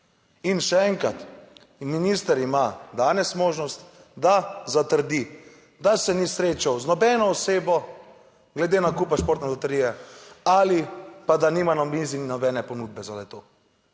In še enkrat, minister ima danes možnost, da zatrdi, da se ni srečal z nobeno osebo glede nakupa Športne loterije ali pa da nima na mizi nobene ponudbe za le-to,